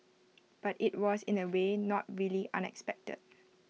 but IT was in A way not really unexpected